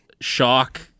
shock